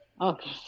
Okay